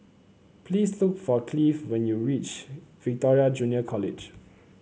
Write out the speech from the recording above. please look for Cleave when you reach Victoria Junior College